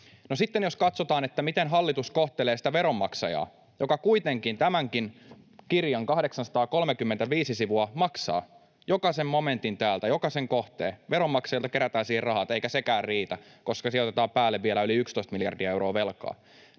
sitten jos katsotaan, miten hallitus kohtelee sitä veronmaksajaa, joka kuitenkin tämänkin kirjan 835 sivua maksaa, jokaisen momentin täältä, jokaisen kohteen: Veronmaksajilta kerätään siihen rahat, eikä sekään riitä, koska siihen otetaan päälle vielä yli 11 miljardia euroa velkaa.